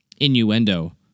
innuendo